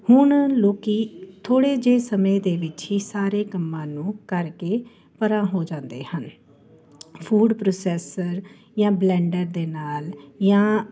ਹੁਣ ਲੋਕ ਥੋੜ੍ਹੇ ਜਿਹੇ ਸਮੇਂ ਦੇ ਵਿੱਚ ਹੀ ਸਾਰੇ ਕੰਮਾਂ ਨੂੰ ਕਰਕੇ ਪਰਾਂ ਹੋ ਜਾਂਦੇ ਹਨ ਫੂਡ ਪ੍ਰੋਸੈਸਰ ਜਾਂ ਬਲੈਂਡਰ ਦੇ ਨਾਲ ਜਾਂ